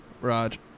Raj